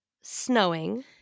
snowing